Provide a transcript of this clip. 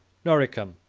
noricum,